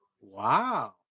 Wow